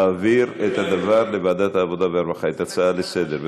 להעביר לוועדת העבודה והרווחה את ההצעה לסדר-היום.